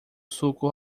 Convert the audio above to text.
suco